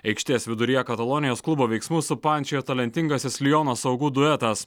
aikštės viduryje katalonijos klubo veiksmus supančiojo talentingasis liono saugų duetas